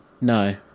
No